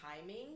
timing